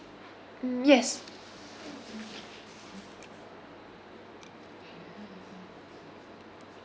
um yes